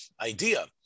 idea